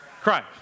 Christ